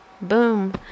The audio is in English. boom